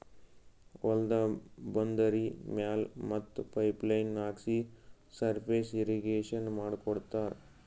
ಹೊಲ್ದ ಬಂದರಿ ಮ್ಯಾಲ್ ಮತ್ತ್ ಪೈಪ್ ಲೈನ್ ಹಾಕ್ಸಿ ಸರ್ಫೇಸ್ ಇರ್ರೀಗೇಷನ್ ಮಾಡ್ಕೋತ್ತಾರ್